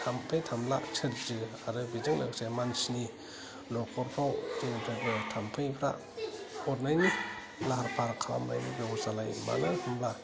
थाम्फै थाम्ला सोमजियो आरो बेजों लोगोसे मानसिनि न'खरखौ जेनिफ्रायबो थाम्फैफ्रा अरनायनि लाहार फाहार खालामनायनि बेबस्था लायो मानो होमब्ला